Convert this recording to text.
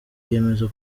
yiyemeza